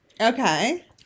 Okay